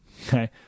okay